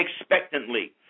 expectantly